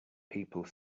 people